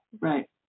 Right